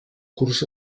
curs